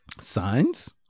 Signs